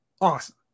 Awesome